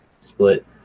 split